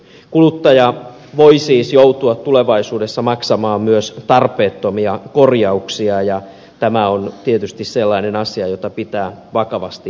kuluttaja voi siis joutua tulevaisuudessa maksamaan myös tarpeettomia korjauksia ja tämä on tietysti sellainen asia jota pitää vakavasti miettiä